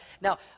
Now